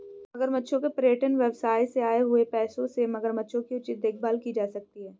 मगरमच्छों के पर्यटन व्यवसाय से आए हुए पैसों से मगरमच्छों की उचित देखभाल की जा सकती है